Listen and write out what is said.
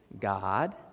God